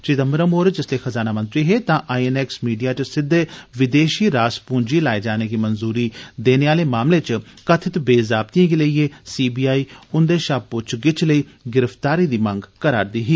चिदम्बरम होर जिसलै खजाना मंत्री हे तां आई एन एक्स मीडिया च सिद्दे विदेशी रास पूंजी लाए जाने गी मंजूरी देने आहले मामले च कथित बेजाब्तगिएं गी लेइयै सी बी आई उंदे शा पुच्छगिच्छ लेई गिरफ्तारी दी मंग करा'रदी ही